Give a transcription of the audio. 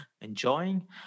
enjoying